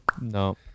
No